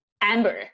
Amber